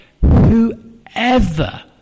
Whoever